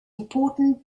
important